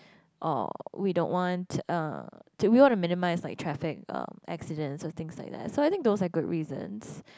orh we don't want to uh we wanna minimize like traffic uh accidents stuff and things like that so I think those are good reasons